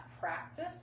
practice